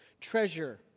treasure